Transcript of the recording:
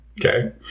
Okay